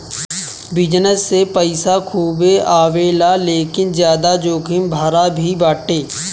business से पईसा खूबे आवेला लेकिन ज्यादा जोखिम भरा भी बाटे